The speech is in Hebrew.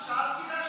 רק שאלתי שאלה.